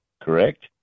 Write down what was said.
correct